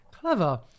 Clever